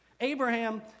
Abraham